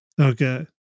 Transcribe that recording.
Okay